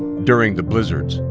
during the blizzards,